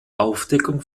aufdeckung